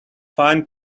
fine